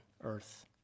earth